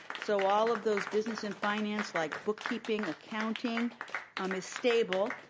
so all of those business and finance like bookkeeping, accounting um is stable,